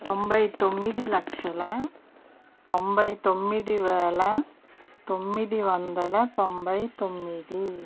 తొంభై తొమ్మిది లక్షల తొంభై తొమ్మిది వేల తొమ్మిది వందల తొంభై తొమ్మిది